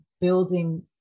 building